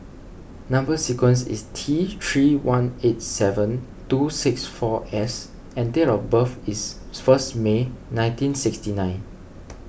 Number Sequence is T three one eight seven two six four S and date of birth is first May nineteen sixty nine